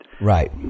Right